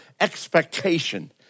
expectation